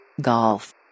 Golf